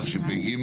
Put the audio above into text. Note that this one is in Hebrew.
התשפ"ג-2023,